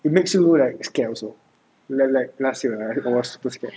it makes you like scared also like like last year I was so scared